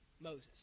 Moses